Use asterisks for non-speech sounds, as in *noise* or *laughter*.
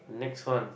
next one *noise*